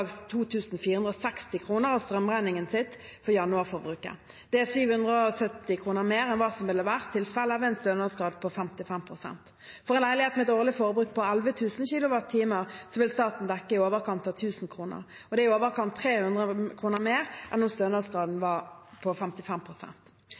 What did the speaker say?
strømregningen sin for januarforbruket. Det er 770 kr mer enn det som ville vært tilfellet med en stønadsgrad på 55 pst. For en leilighet med et årlig forbruk på 11 000 kWh vil staten dekke i overkant av 1 000 kr. Det er i overkant av 300 kr mer enn